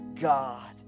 God